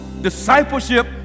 Discipleship